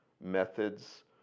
methods